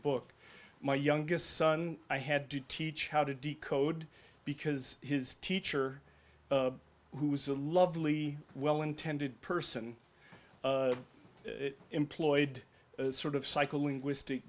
book my youngest son i had to teach how to decode because his teacher who is a lovely well intended person employed as sort of psycholinguistic